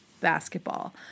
basketball